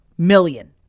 million